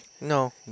No